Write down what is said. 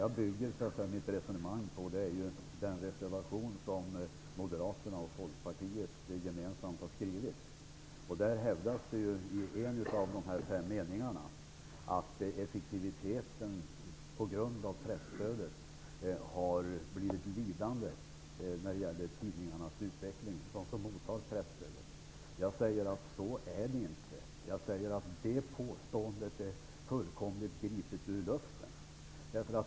Jag bygger mitt resonemang på den reservation som Moderaterna och Folkpartiet gemensamt har skrivit. I en av de fem meningarna hävdas att effektiviteten i tidningarnas utveckling hos dem som mottar presstödet blivit lidande på grund av stödet. Så är det inte. Det påståendet är helt gripet ur luften.